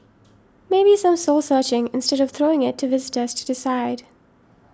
maybe some soul searching instead of throwing it to visitors to decide